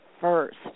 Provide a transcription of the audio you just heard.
first